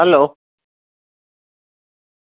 hello